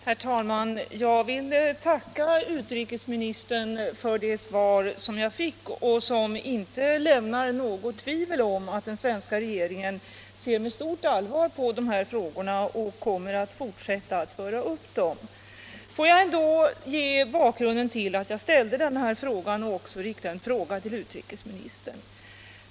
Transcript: Herr talman! Jag vill tacka utrikesministern för det svar jag fått och som inte lämnar något tvivel om att regeringen ser med stort allvar på de här frågorna och kommer att fortsätta med att ta upp dem. Får jag ändå ge bakgrunden till varför jag ställde frågan och även rikta ytterligare en fråga till utrikesministern.